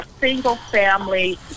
single-family